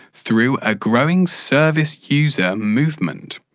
through a growing service user movement,